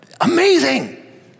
Amazing